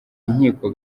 inkiko